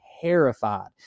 terrified